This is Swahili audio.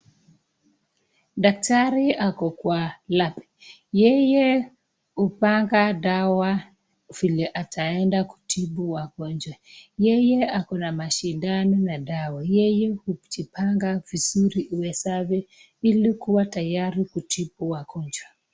Dakitari ako kwa (cs)lab(cs), yeye upanga dawa vile ataenda kutibu wagonjwa. Yeye akona mashindano na dawa. Yeye ujipanga vizuri iwezavyo ili kuwa tayari kutibu wagonjwa.